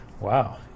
Wow